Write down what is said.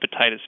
hepatitis